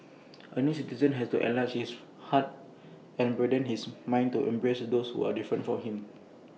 A new citizen has to enlarge his heart and broaden his mind to embrace those who are different from him